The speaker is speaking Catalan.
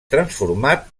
transformat